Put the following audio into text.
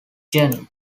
journey